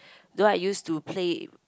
though I used to play